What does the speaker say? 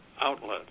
outlets